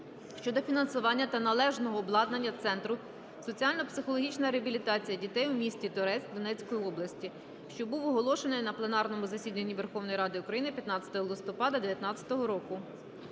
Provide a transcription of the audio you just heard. щодо фінансування та належного обладнання Центру соціально-психологічної реабілітації дітей у місті Торецьк Донецької області, що був оголошений на пленарному засіданні Верховної Ради України 15 листопада 2019 року.